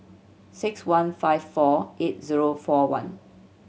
six one five four eight zero four one